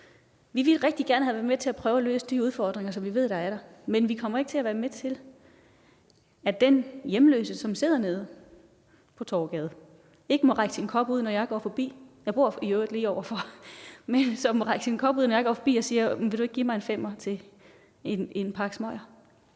Vi ville rigtig gerne have været med til at prøve at løse de udfordringer, som vi ved er der, men vi kommer ikke til at være med til, at den hjemløse, som sidder nede på Torvegade, ikke må række sin kop ud, når jeg går forbi, og sige: Vil du ikke give mig en femmer til en pakke smøger? Jeg bor i